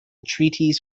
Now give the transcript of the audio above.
treaties